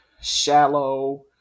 shallow